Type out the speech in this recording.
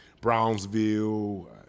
Brownsville